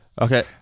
Okay